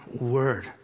word